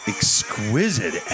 Exquisite